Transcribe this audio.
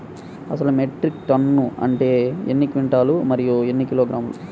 అసలు metric ton అంటే ఎన్ని క్వింటాలు మరియు ఎన్ని కిలోగ్రాములు?